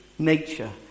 Nature